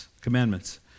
commandments